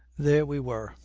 there we were,